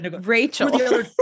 Rachel